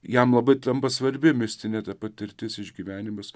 jam labai tampa svarbi mistinė patirtis išgyvenimas